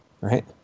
Right